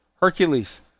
hercules